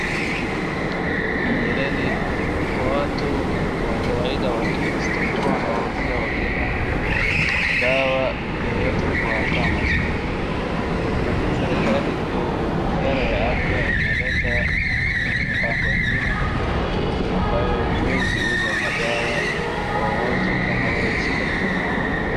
Mbeleni watu wa kawaida wa cs[chemist]cs walikuwa wanawauzia wakenya dawa yeyote kwa cs [pharmacy]cs,lakini serikali wizara ya afya imeleta mpango ingine ambayo huwezi uza madawa kwa watu kama wewe si dakatari.